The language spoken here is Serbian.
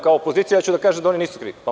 Kao opozicija ja ću da kažem da oni nisu krivi.